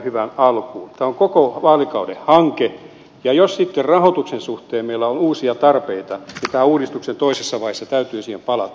tämä on koko vaalikauden hanke ja jos sitten rahoituksen suhteen meillä on uusia tarpeita uudistuksen toisessa vaiheessa täytyy siihen palata